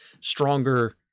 stronger